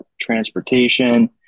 transportation